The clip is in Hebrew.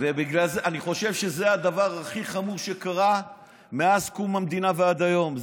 אני חושב שזה הדבר הכי חמור שקרה מאז קום המדינה ועד היום.